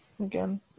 again